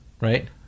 Right